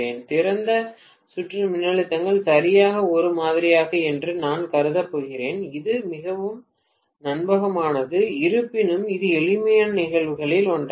திறந்த சுற்று மின்னழுத்தங்கள் சரியாக ஒரே மாதிரியானவை என்று நான் கருதப் போகிறேன் இது மிகவும் நம்பத்தகாதது இருப்பினும் இது எளிமையான நிகழ்வுகளில் ஒன்றாகும்